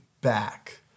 back